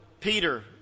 Peter